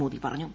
മോദി പറഞ്ഞു